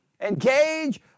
engage